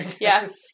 yes